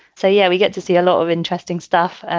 so, yeah, we get to see a lot of interesting stuff.